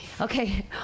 Okay